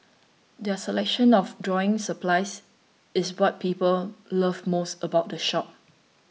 their selection of drawing supplies is what people love most about the shop